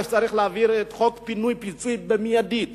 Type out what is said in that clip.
צריך להעביר את חוק פינוי-פיצוי במיידי,